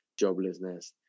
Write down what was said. joblessness